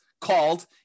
called